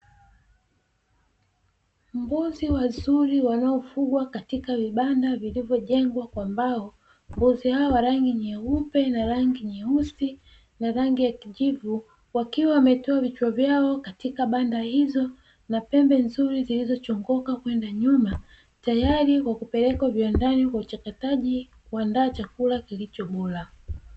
Mbuzi wazuri wanaofugwa katika vibanda vilivyojengwa kwa mbao. Mbuzi hawa wa rangi nyeupe na rangi nyeusi na rangi ya kijivu, wakiwa wametoa vichwa vyao katika banda hizo na pembe nzuri zilizochongoka kwenda nyuma, tayari kwa kupelekwa viwandani kwa uchakataji kuandaa chakula kilichobora.